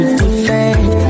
defend